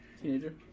Teenager